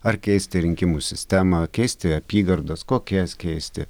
ar keisti rinkimų sistemą keisti apygardas kokias keisti